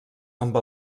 amb